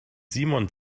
simon